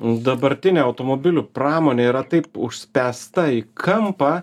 dabartinė automobilių pramonė yra taip užspęsta į kampą